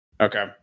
Okay